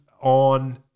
on